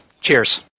Cheers